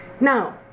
Now